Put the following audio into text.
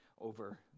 over